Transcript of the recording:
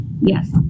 Yes